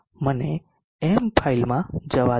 મને M ફાઇલમાં જવા દો